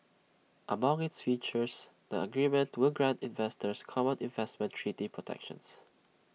among its features the agreement will grant investors common investment treaty protections